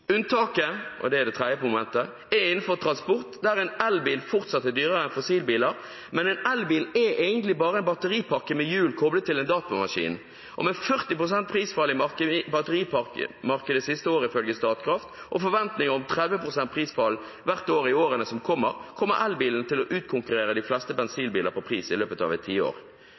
Unntaket – og det er det tredje momentet – er innenfor transport, der en elbil fortsatt er dyrere enn en fossilbil. Men en elbil er egentlig bare en batteripakke med hjul koblet til en datamaskin, og med 40 pst. prisfall i batteripakkemarkedet det siste året, ifølge Statkraft, og forventninger om 30 pst. prisfall hvert år i årene som kommer, kommer elbilen til å utkonkurrere de fleste